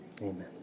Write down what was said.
Amen